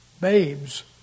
babes